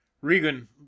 Regan